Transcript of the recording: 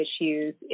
issues